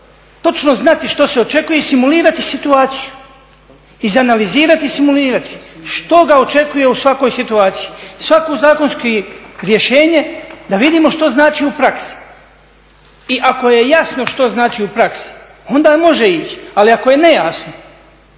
točno znati što se očekuje i simulirati situaciju, izanalizirati i simulirati što ga očekuje u svakoj situaciji. Svako zakonsko rješenje da vidimo što znači u praksi. I ako je jasno što znači u praksi onda može ići, ali ako je nejasno,